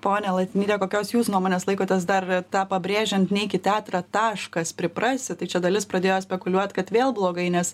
pone latinyte kokios jūs nuomonės laikotės dar tą pabrėžiant neikit teatrą taškas priprasti tai čia dalis pradėjo spekuliuot kad vėl blogai nes